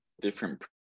different